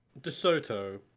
Desoto